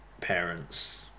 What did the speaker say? parents